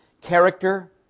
character